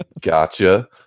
gotcha